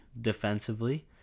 defensively